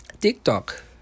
tiktok